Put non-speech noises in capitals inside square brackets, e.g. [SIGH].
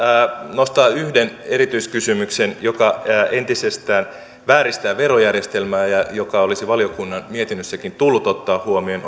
nostaa yhden erityiskysymyksen joka entisestään vääristää verojärjestelmää ja joka olisi valiokunnan mietinnössäkin tullut ottaa huomioon [UNINTELLIGIBLE]